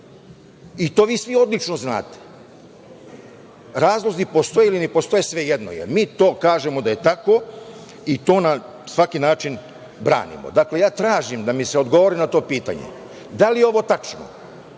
I to vi svi odlično znate. Razlozi postoje ili ne postoje, svejedno je. Mi kažemo da je to tako i to na svaki način branimo. Dakle, tražim da mi se odgovori na to pitanje da li je ovo tačno.